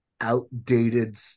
outdated